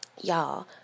y'all